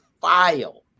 file